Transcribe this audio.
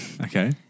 Okay